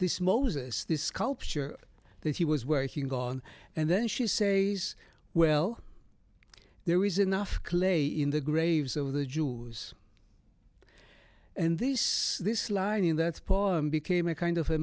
this mosis this sculpture that he was working on and then she say's well there is enough clay in the graves of the jews and this this lining that's poem became a kind of a